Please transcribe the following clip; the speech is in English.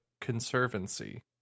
conservancy